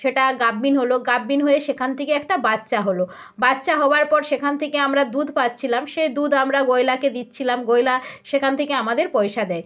সেটা গাভিন হলো গাভিন হয়ে সেখান থেকে একাটা বাচ্চা হলো বাচ্চা হওয়ার পর সেখান থেকে আমরা দুধ পাচ্ছিলাম সেই দুধ আমরা গয়লাকে দিচ্ছিলাম গয়লা সেখান থেকে আমাদের পয়সা দেয়